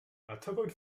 atebwyd